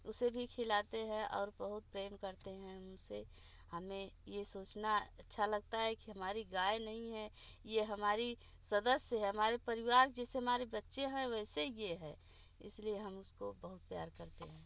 उसे भी खिलाते हैं और बहुत प्रेम करते हैं हम उससे हमें ये सोचना अच्छा लगता है कि हमारी गाय नहीं है ये हमारी सदस्य है हमारे परिवार जैसे हमारे बच्चे हैं वैसे ये है इस लिए हम इसको बहुत प्यार करते हैं